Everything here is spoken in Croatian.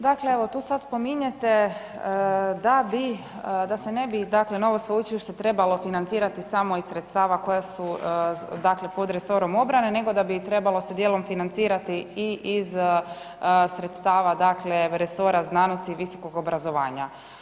Dakle, evo tu sad spominjete da se ne bi novo sveučilište trebalo financirati samo iz sredstava koja su pod resorom obrane, nego da bi trebalo dijelom financirati i iz sredstava resora znanosti i visokog obrazovanja.